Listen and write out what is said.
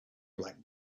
black